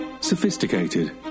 Sophisticated